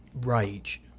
rage